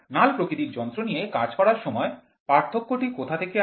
নাল প্রকৃতির যন্ত্র নিয়ে কাজ করার সময় পার্থক্যটি কোথা থেকে আসছে